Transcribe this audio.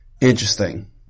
Interesting